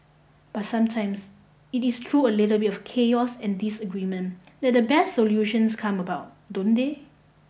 but sometimes it is through a little bit of chaos and disagreement that the best solutions come about don't they